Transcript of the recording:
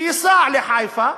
שייסע לחיפה,